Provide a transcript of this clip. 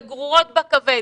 וגרורות בכבד,